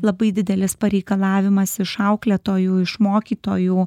labai didelis pareikalavimas iš auklėtojų iš mokytojų